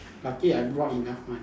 lucky I brought enough money